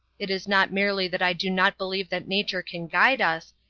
it is not merely that i do not believe that nature can guide us.